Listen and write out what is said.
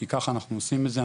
כי ככה אנחנו עושים את זה,